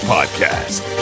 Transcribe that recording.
Podcast